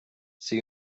see